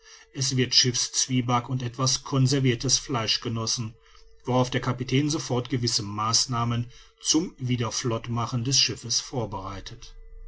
es wird schiffszwieback und etwas conservirtes fleisch genossen worauf der kapitän sofort gewisse maßnahmen zum wiederflottmachen des schiffes vorbereitet